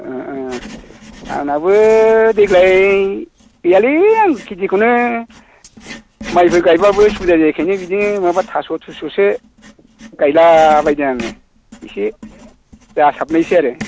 आंनाबो देग्लाय गैयालै आं खेथिखौनो माइफोर गायबाबो सुबिदा जायिखायनो बिदिनो माबा थास' थुस'सो गायला बायदों आङो एसे जासाबनायसै आरो